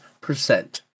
percent